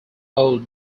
old